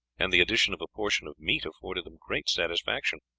and the addition of a portion of meat afforded them great satisfaction.